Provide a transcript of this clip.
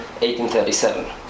1837